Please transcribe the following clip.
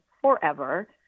forever